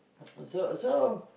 so so